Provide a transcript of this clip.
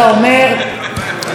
צמצום פערים?